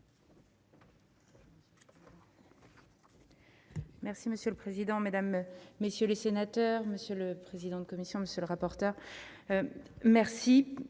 Merci